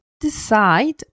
decide